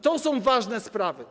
To są ważne sprawy.